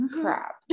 crap